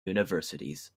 universities